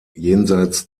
jenseits